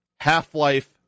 half-life